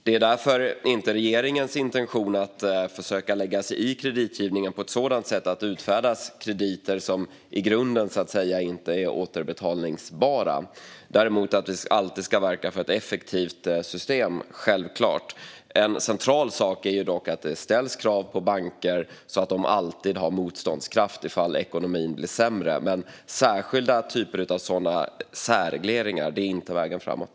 Det är därför inte regeringens intention att försöka lägga sig i kreditgivningen på ett sådant sätt att det utfärdas krediter som i grunden så att säga inte är återbetalbara. Däremot ska vi självklart alltid verka för ett effektivt system. En central sak är dock att det ställs krav på banker att alltid ha motståndskraft ifall ekonomin blir sämre, men särskilda typer av särregleringar är inte vägen framåt.